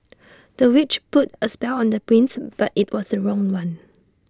the witch put A spell on the prince but IT was the wrong one